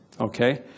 okay